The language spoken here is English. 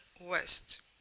West